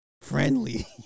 Friendly